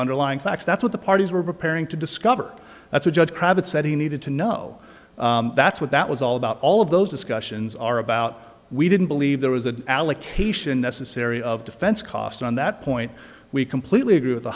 underlying facts that's what the parties were preparing to discover that's a judge cravat said he needed to know that's what that was all about all of those discussions are about we didn't believe there was an allocation necessary of defense costs on that point we completely agree with the